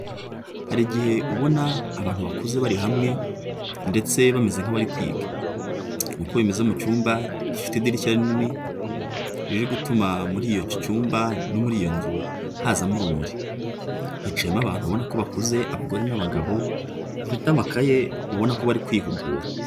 Hari igihe ubona abantu bakuze bari hamwe ndetse bameze nk'abari kwiga, ni ko bimeze mu cyumba gifite idirishya rinini riri gutuma muri icyo cyumba no muri iyo nzu hazamo urumuri, hicayemo abantu ubona ko bakuze abagore n'abagabo, bafite amakaye ubona ko bari kwihugura.